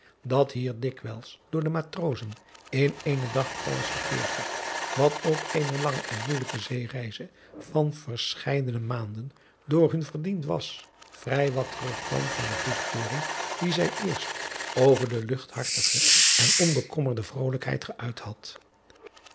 dat hier dikwijls door de matrozen in éénen dag alles verteerd werd wat op eene lange en moeijelijke zeereize van verscheidene maanden door hun verdiend was vrij wat terugkwam van de goedkeuring die zij eerst over de luchthartige en onbekommerde vrolijkheid geuit had